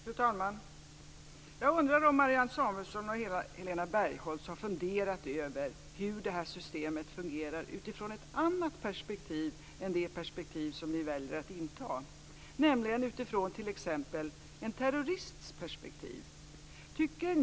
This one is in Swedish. Fru talman! Jag undrar om Marianne Samuelsson och Helena Bargholtz har funderat över hur det här systemet fungerar utifrån ett annat perspektiv än det perspektiv som ni väljer att inta, t.ex. utifrån en terrorists perspektiv.